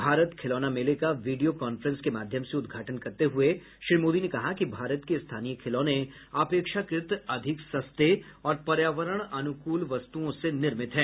भारत खिलौना मेले का वीडियो कान्फ्रेंस के माध्यम से उदघाटन करते हुए श्री मोदी ने कहा कि भारत के स्थानीय खिलौने अपेक्षाकृत अधिक सस्ते और पर्यावरण अनुकूल वस्तुओं से निर्मित हैं